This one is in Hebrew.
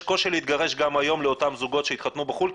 יש קושי להתגרש גם היום לאותם זוגות שהתחתנו בחו"ל,